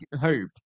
hope